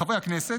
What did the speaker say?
חברי הכנסת,